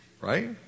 Right